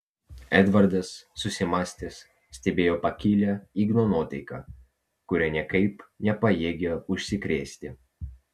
edvardas susimąstęs stebėjo pakilią igno nuotaiką kuria niekaip nepajėgė užsikrėsti